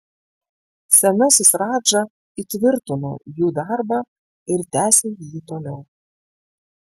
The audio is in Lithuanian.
senasis radža įtvirtino jų darbą ir tęsė jį toliau